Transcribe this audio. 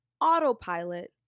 autopilot